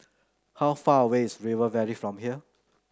how far away is River Valley from here